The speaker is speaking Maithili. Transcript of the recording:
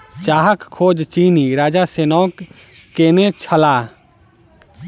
चाहक खोज चीनी राजा शेन्नॉन्ग केने छलाह